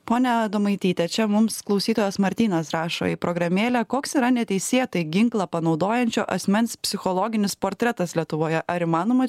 pone adomaityte čia mums klausytojas martynas rašo į programėlę koks yra neteisėtai ginklą panaudojančio asmens psichologinis portretas lietuvoje ar įmanoma